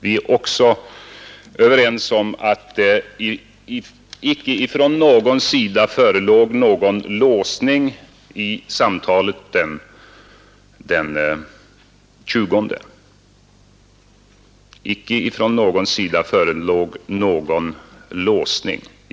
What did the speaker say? Vi är också överens om att det icke från någon sida förelåg någon låsning i samtalet den 20.